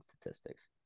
statistics